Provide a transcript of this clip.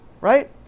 right